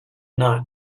not